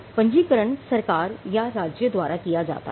पंजीकरण सरकार या राज्य द्वारा किया जाता है